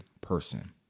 person